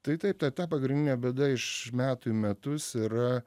tai taip ta ta pagrindinė bėda iš metų į metus yra